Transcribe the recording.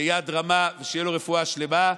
ביד רמה, ושתהיה לו רפואה שלמה.